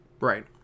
Right